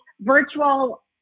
virtual